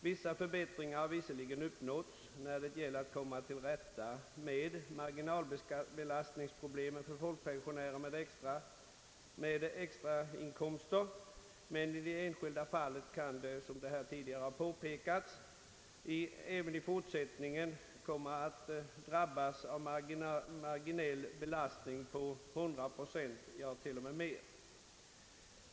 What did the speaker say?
Vissa förbättringar har visserligen uppnåtts när det gäller att komma till rätta med marginalbelastningsproblemen för folkpensionärer med extrainkomster, men i det enskilda fallet kan, som här tidigare har påpekats, sidoinkomsterna också i fortsättningen komma att drabbas av en marginell skattebelastning på 100 procent, ja, ibland t.o.m. mer.